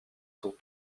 sur